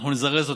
אנחנו נזרז אותם.